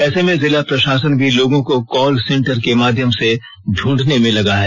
ऐसे में जिला प्रशासन भी लोगों को कॉल सेंटर के माध्यम से ढूंढने में लगा है